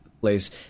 place